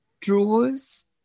drawers